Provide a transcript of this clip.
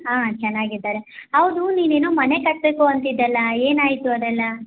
ಹಾಂ ಚೆನ್ನಾಗಿದ್ದಾರೆ ಹೌದು ನೀನು ಏನೋ ಮನೆ ಕಟ್ಟಬೇಕು ಅಂತಿದ್ಯಲ್ಲ ಏನಾಯಿತು ಅದೆಲ್ಲ